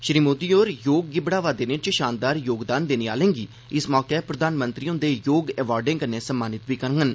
श्री मोदी होर योग गी बढ़ावा देने च शानदार योगदान देने आह्लें गी इस मौके प्रधानमंत्री हुंदे योग अवार्डें कन्नै सम्मानित बी करङन